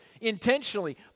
intentionally